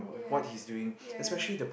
yeah yeah